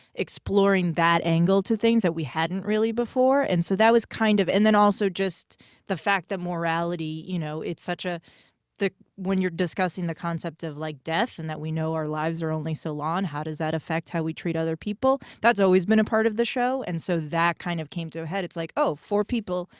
exploring that angle to things that we hadn't really before. and so, that was kind of and then also just the fact that morality, you know, it's such a thick when you're discussing the concept of, like, death and that we know our lives are only so long, how does that affect how we treat other people? that's always been a part of the show, and so that of came to a head. it's like, oh, four people,